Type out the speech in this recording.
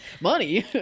money